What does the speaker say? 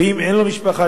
ואם אין לו משפחה,